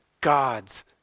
God's